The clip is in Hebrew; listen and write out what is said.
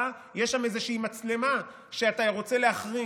יש שם איזושהי מצלמה שאתה רוצה להחרים.